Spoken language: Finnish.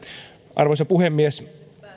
arvoisa puhemies